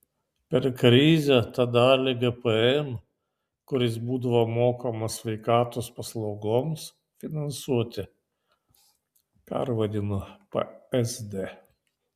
per krizę tą dalį gpm kuris būdavo mokamas sveikatos paslaugoms finansuoti pervadino psd